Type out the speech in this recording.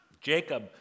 Jacob